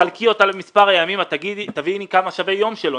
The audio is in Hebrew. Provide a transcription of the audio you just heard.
חלקי אותה למספר הימים ואת תביני כמה שווה יום שלו.